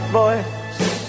voice